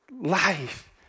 Life